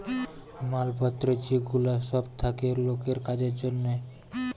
মাল পত্র যে গুলা সব থাকে লোকের কাজের জন্যে